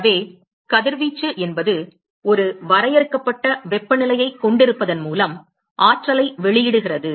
எனவே கதிர்வீச்சு என்பது ஒரு வரையறுக்கப்பட்ட வெப்பநிலையைக் கொண்டிருப்பதன் மூலம் ஆற்றலை வெளியிடுகிறது